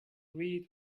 read